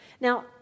Now